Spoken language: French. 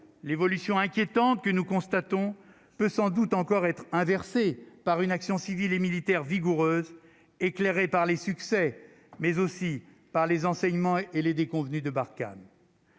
l'évolution inquiétante que nous constatons peut sans doute encore être inversée par une action civile et militaire vigoureuse éclairée par les succès mais aussi par les enseignements et les déconvenues de Barkhane.